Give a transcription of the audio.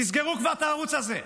תסגרו כבר את הערוץ הזה.